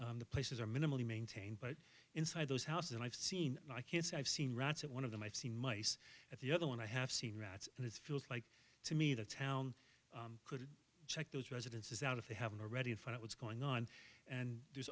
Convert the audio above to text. in the places or minimally maintained but inside those houses and i've seen my kids i've seen rats at one of them i've seen mice at the other one i have seen rats and it feels like to me the town check those residences out if they haven't already and find out what's going on and there's